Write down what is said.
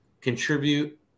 contribute